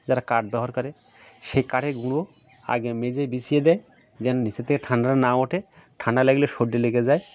যারা কাঠ ব্যবহার করে সেই কাঠের গুঁড়ো আগে মেঝেয় বিছিয়ে দেয় যেন নিচে থেকে ঠান্ডাটা না ওঠে ঠান্ডা লাগলে সর্দি লেগে যায়